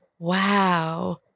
wow